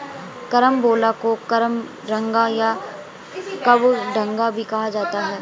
carambola को कबरंगा या कबडंगा भी कहा जाता है